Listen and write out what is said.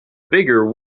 bigger